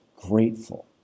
grateful